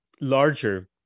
larger